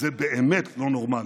זה באמת לא נורמלי.